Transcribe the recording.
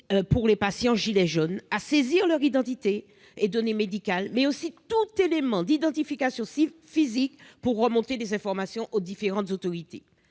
jaunes hospitalisés et de saisir leur identité et leurs données médicales, mais aussi tout élément d'identification physique, pour remonter des informations aux différentes autorités.